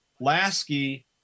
Lasky